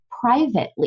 privately